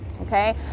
Okay